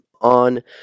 on